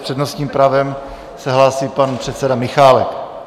S přednostním právem se hlásí pan předseda Michálek.